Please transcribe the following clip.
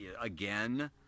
again